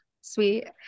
sweet